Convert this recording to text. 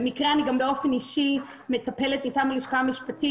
במקרה באופן אישי אני מטפלת מטעם הלשכה המשפטית